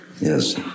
yes